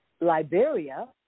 Liberia